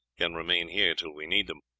can remain here till we need them.